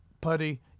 putty